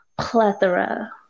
plethora